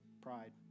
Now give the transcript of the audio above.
Pride